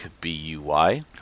B-U-Y